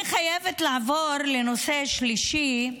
אני חייבת לעבור לנושא השלישי,